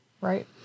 Right